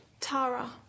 Tara